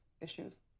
issues